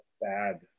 Bad